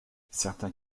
certains